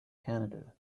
canada